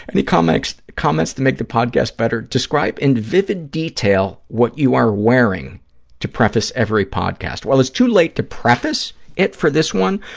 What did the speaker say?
and comments comments to make the podcast better? describe in vivid detail what you are wearing to preface every podcast. well, it's too late to preface it for this one,